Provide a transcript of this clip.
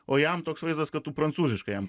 o jam toks vaizdas kad tu prancūziškai jam